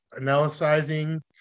analyzing